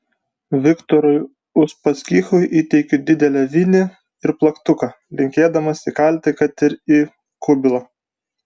viktorui uspaskichui įteikiu didelę vinį ir plaktuką linkėdamas įkalti kad ir į kubilą